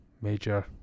major